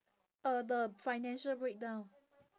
uh the financial breakdown